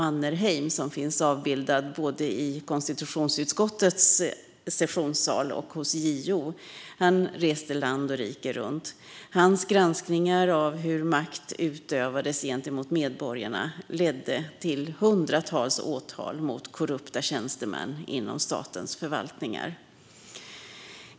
Mannerheim, som finns avbildad både i konstitutionsutskottets sessionssal och hos JO - reste land och rike runt. Hans granskningar av hur makt utövades gentemot medborgarna ledde till hundratals åtal mot korrupta tjänstemän inom statens förvaltningar.